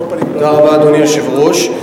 אדוני היושב-ראש,